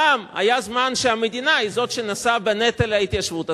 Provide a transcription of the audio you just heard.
פעם היה זמן שהמדינה היא זו שנשאה בנטל ההתיישבות,